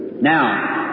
Now